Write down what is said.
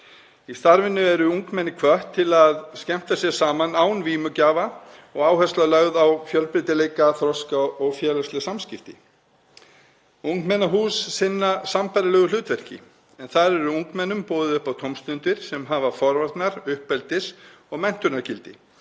Í starfinu eru ungmenni hvött til að skemmta sér saman án vímugjafa og áhersla er lögð á fjölbreytileika, þroska og félagsleg samskipti. Ungmennahús sinna sambærilegu hlutverki en þar er ungmennum boðið upp á tómstundir sem hafa forvarna-, uppeldis- og menntunargildi